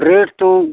rate तो